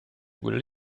will